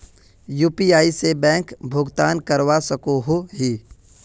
UPI से bank भुगतान करवा सकोहो ही?